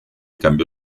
cambió